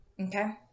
Okay